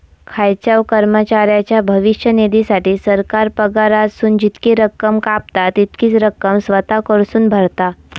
खायच्याव कर्मचाऱ्याच्या भविष्य निधीसाठी, सरकार पगारातसून जितकी रक्कम कापता, तितकीच रक्कम स्वतः कडसून भरता